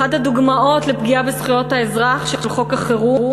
אחת הדוגמאות לפגיעה בזכויות האזרח של חוק החירום,